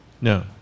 No